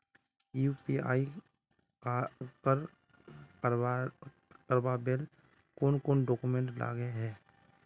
UPI कर करावेल कौन कौन डॉक्यूमेंट लगे है?